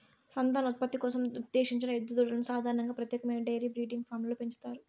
సంతానోత్పత్తి కోసం ఉద్దేశించిన ఎద్దు దూడలను సాధారణంగా ప్రత్యేకమైన డెయిరీ బ్రీడింగ్ ఫామ్లలో పెంచుతారు